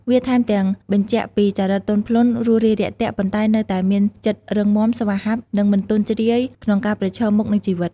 វាថែមទាំងបញ្ជាក់ពីចរិតទន់ភ្លន់ រួសរាយរាក់ទាក់ ប៉ុន្តែនៅតែមានចិត្តរឹងមាំ ស្វាហាប់ និងមិនទន់ជ្រាយក្នុងការប្រឈមមុខនឹងជីវិត។